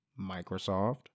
microsoft